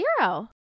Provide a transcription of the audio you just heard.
Zero